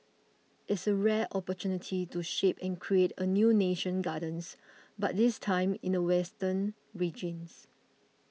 it's a rare opportunity to shape and create a new national gardens but this time in the western regions